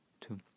two